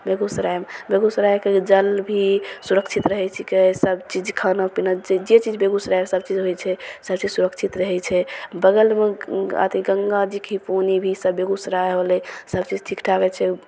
बेगूसरायमे बेगूसरायके जल भी सुरक्षित रहय छिकै सबचीज खाना पीना जे चीज बेगूसराय सब चीज सब चीज सुरक्षित रहय छै बगलमे अथी गंगा जीके पानि भी सब बेगूसराय होलय सबचीज ठीकठाक रहय छै